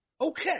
okay